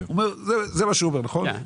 זה מה שהוא אומר, נכון?